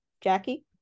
Jackie